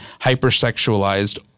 hypersexualized